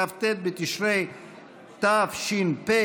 כ"ט בתשרי תש"ף,